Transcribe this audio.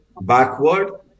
Backward